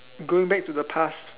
going back to the past